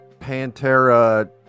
pantera